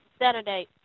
Saturday